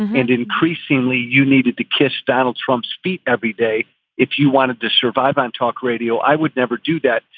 and increasingly, you needed to kiss donald trump's feet every day if you wanted to survive on talk radio. i would never do that.